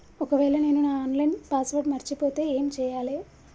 ఒకవేళ నేను నా ఆన్ లైన్ పాస్వర్డ్ మర్చిపోతే ఏం చేయాలే?